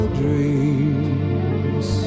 dreams